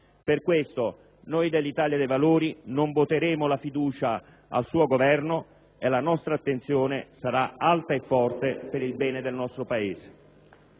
Per questo, noi dell'Italia dei Valori non voteremo la fiducia al suo Governo e la nostra attenzione sarà alta e forte per il bene del nostro Paese.